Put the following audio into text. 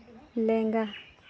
ᱞᱮᱸᱜᱟ